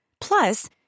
Plus